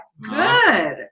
Good